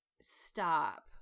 stop